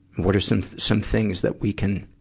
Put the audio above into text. what are some, some things that we can,